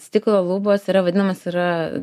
stiklo lubos yra vadinamas yra